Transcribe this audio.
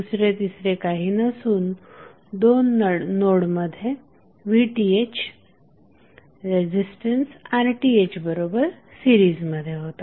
दुसरे तिसरे काही नसून दोन नोडमध्येVThरेझिस्टन्स RTh बरोबर सीरिजमध्ये होता